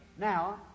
Now